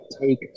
take